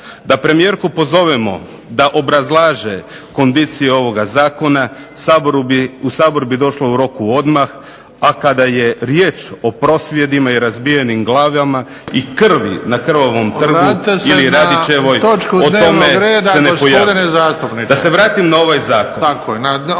Da premijerku pozovemo da obrazlaže kondicije ovog zakona u Sabor bi došlo u roku odmah, a kada je riječ o prosvjedima i razbijenim glavama i krvi na Krvavom trgu. **Bebić, Luka (HDZ)** Vratite se na točku